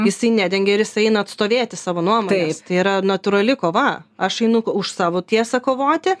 jisai nedengia ir jisai eina atstovėti savo nuomonę tai yra natūrali kova aš einu už savo tiesą kovoti